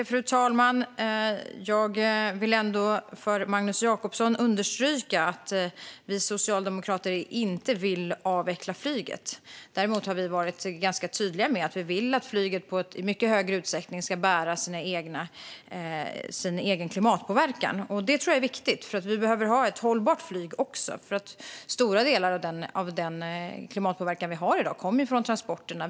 Fru talman! Jag vill för Magnus Jacobsson understryka att vi socialdemokrater inte vill avveckla flyget. Vi har däremot varit ganska tydliga med att vi vill att flyget i mycket större utsträckning ska bära sin egen klimatpåverkan. Det tror jag är viktigt. Vi behöver nämligen ha ett hållbart flyg också. Stora delar av dagens klimatpåverkan kommer från transporterna.